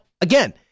again